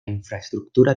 infraestructura